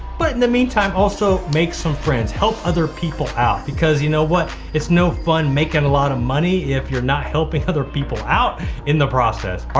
but in the meantime also make some friends, help other people out because you know what? it's no fun making a lot of money, if you're not helping other people out in the process.